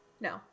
no